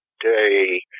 day